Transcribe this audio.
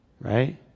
Right